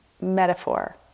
metaphor